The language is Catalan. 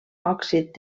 òxid